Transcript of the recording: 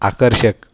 आकर्षक